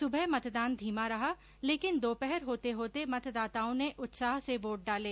सुबह मतदान धीमा रहा लेकिन दोपहर होते होते मतदाताओं ने उत्साह से वोट डाले